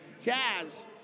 Jazz